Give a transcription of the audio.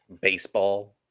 baseball